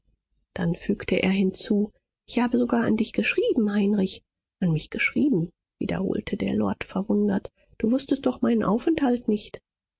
dann fügte er hinzu ich habe sogar an dich geschrieben heinrich an mich geschrieben wiederholte der lord verwundert du wußtest doch meinen aufenthalt nicht